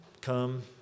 come